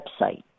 website